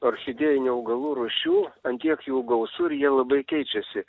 orchidėjinių augalų rūšių ant kiek jų gausu ir jie labai keičiasi